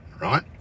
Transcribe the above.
right